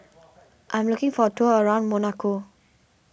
I'm looking for a tour around Monaco